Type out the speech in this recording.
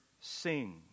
sing